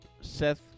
Seth